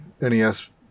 NES